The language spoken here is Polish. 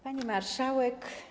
Pani Marszałek!